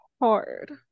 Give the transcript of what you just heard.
hard